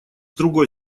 другой